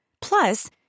Plus